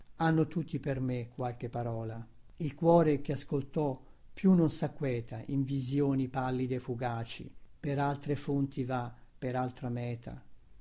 hanno tutti per me qualche parola il cuore che ascoltò più non sacqueta in visïoni pallide fugaci per altre fonti va per altra meta